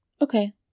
Okay